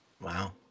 Wow